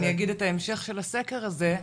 אני אגיד את ההמשך של הסקר הזה,